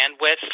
bandwidth